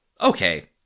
Okay